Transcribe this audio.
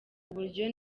uburyo